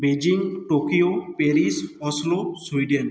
Beijing Tokyo Paris Oslo Sweden